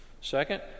Second